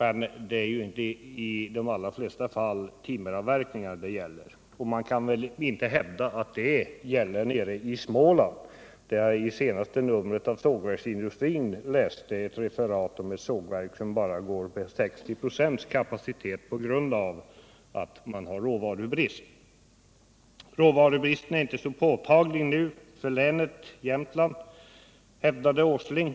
I de allra flesta fall är det emellertid inte timmeravverkningen som det är fråga om. Man torde i varje fall inte kunna hävda att så skulle vara fallet nere i Småland, eftersom man nyligen kunde läsa om ett sågverk som bara går med 60 96 kapacitet på grund av att man där har råvarubrist. Nr 107 Råvarubristen är inte längre så påtaglig när det gäller Jämtlands län, Måndagen den hävdade herr Åsling.